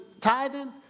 tithing